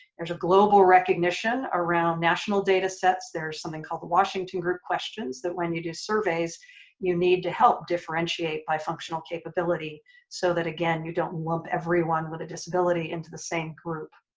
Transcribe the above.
there's a global recognition around national datasets there's something called the washington group questions that when you do surveys you need to help differentiate by functional capability so that again you don't lump everyone with a disability into the same group.